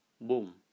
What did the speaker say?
boom